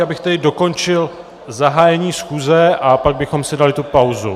Já bych tedy dokončil zahájení schůze a pak bychom si dali tu pauzu.